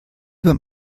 beim